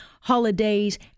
holidays